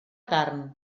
carn